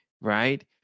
right